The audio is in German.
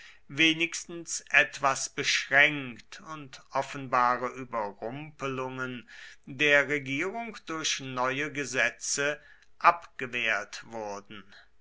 wenigstens etwas beschränkt und offenbare überrumpelungen der regierung durch neue gesetze abgewehrt wurden